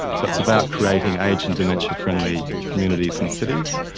so it's about creating age and dementia friendly communities and cities,